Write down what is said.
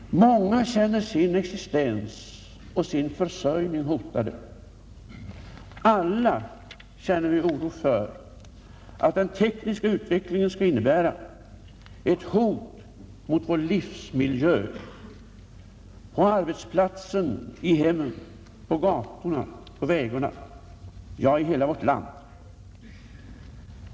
Många känner sin existens och sin försörjning hotade. Alla känner vi oro för att den tekniska utvecklingen skall innebära ett hot mot vår livsmiljö, på arbetsplatsen, i hemmen, på gatorna, på vägarna — ja, i hela vårt land.